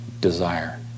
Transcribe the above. desire